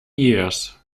years